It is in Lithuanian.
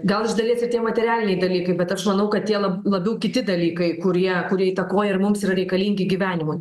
gal iš dalies ir tie materialiniai dalykai bet aš manau kad tie lab labiau kiti dalykai kurie įtakoja ir mums yra reikalingi gyvenimui